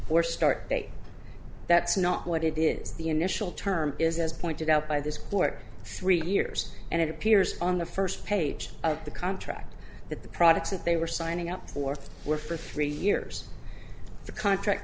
date or start date that's not what it is the initial term is as pointed out by this court three years and it appears on the first page of the contract that the products that they were signing up for were for three years the contract